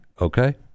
okay